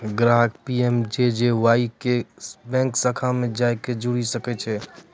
ग्राहक पी.एम.जे.जे.वाई से बैंक शाखा मे जाय के जुड़ि सकै छै